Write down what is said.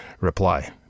Reply